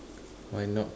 why not